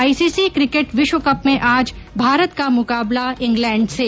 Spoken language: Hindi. आईसीसी किकेट विश्व कप में आज भारत का मुकाबला इंग्लैंड से